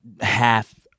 half